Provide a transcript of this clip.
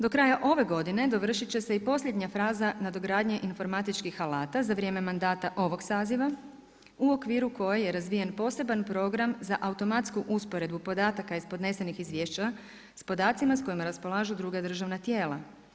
Do kraja ove godine dovršit će se i posljednja faza nadogradnje informatičkih alata za vrijeme manda ovog saziva u okviru koje je razvijen poseban program za automatsku usporedbu podataka iz podnesenih izviješća s podacima s kojima raspolažu druga državna tijela.